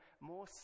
more